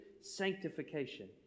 sanctification